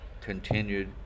continued